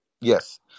Yes